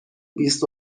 بیست